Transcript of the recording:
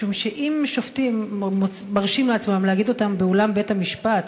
משום שאם שופטים מרשים לעצמם להגיד אותם באולם בית-המשפט,